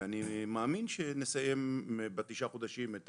אני מאמין שנסיים בתשעה חודשים את